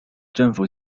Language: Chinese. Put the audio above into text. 政府